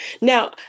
Now